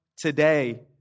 today